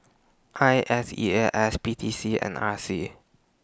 I S E A S P T C and R C